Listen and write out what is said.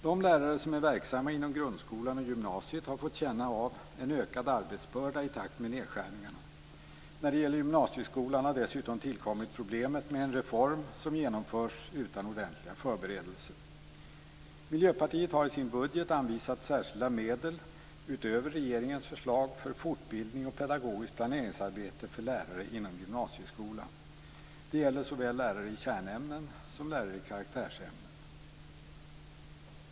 De lärare som är verksamma inom grundskolan och gymnasiet har fått känna av en ökad arbetsbörda i takt med nedskärningarna. När det gäller gymnasieskolan har dessutom tillkommit problemet med en reform som genomförs utan ordentliga förberedelser. Miljöpartiet har i sin budget utöver regeringens förslag anvisat särskilda medel för fortbildning och pedagogiskt planeringsarbete för lärare inom gymnasieskolan. Det gäller såväl lärare i kärnämnen som lärare i karaktärsämnen.